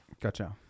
Gotcha